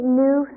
new